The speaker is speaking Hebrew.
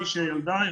מי שילדה,